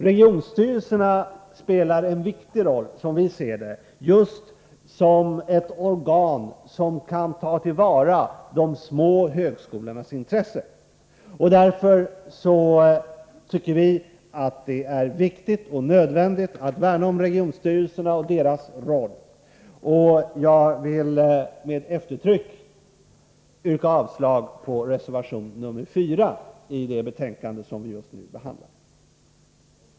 Regionstyrelserna spelar som vi ser det en viktig roll just som ett organ som kan ta till vara de små högskolornas intressen. Därför tycker vi att det är nödvändigt att värna om regionstyrelserna och deras roll. Jag vill med eftertryck yrka avslag på reservation 4 i det betänkande som vi just nu behandlar.